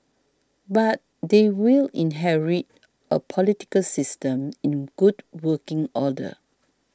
but they will inherit a political system in good working order